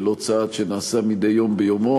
ולא צעד שנעשה מדי יום ביומו,